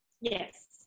Yes